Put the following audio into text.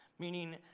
meaning